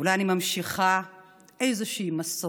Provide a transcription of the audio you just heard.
שאני אולי ממשיכה איזושהי מסורת,